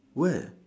where